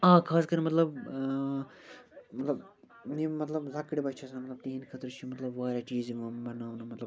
اَکھ حظ کَرِ مطلب مطلب یہِ مطلب لۅکٕٹ بچہِ چھِ آسان تِہٕنٛدِ خٲطرٕ چھُ مطلب وارِیاہ چیٖز یِوان مناونہٕ مطلب